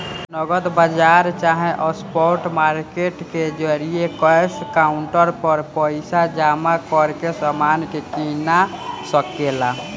नगद बाजार चाहे स्पॉट मार्केट के जरिये कैश काउंटर पर पइसा जमा करके समान के कीना सके ला